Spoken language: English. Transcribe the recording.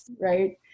right